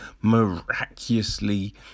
miraculously